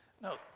No